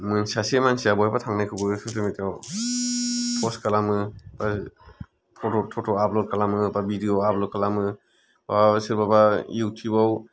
सासे मानसिआ बहाबा थांनायखौबो ससेल मिडिया आव फस्ट खालामो बा फट थट आपल'ड खालामो बा बिडिय' आपल'ड खालामो बा सोरबाबा इउटियुबबाव